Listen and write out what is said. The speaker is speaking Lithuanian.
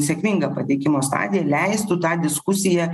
sėkminga pateikimo stadija leistų tą diskusiją